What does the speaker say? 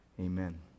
amen